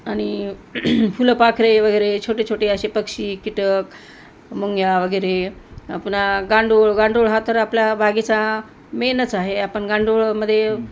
आनि फुलपाखरे वगैरे छोटे छोटे असे पक्षी कीटक मुंग्या वगैरे पुन्हा गांडूळ गांडूळ हा तर आपल्या बागेचा मेनच आहे आपण गांडूळामध्ये